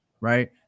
right